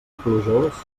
plujós